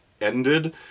ended